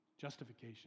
Justification